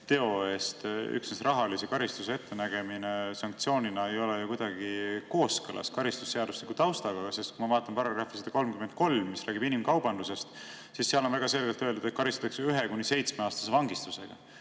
teo eest üksnes rahalise karistuse ettenägemine sanktsioonina ei ole kuidagi kooskõlas karistusseadustiku taustaga. Kui ma vaatan § 133, mis räägib inimkaubandusest, siis seal on väga selgelt öeldud, et karistatakse ühe- kuni seitsmeaastase vangistusega.